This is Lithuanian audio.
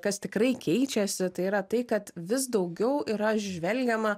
kas tikrai keičiasi tai yra tai kad vis daugiau yra žvelgiama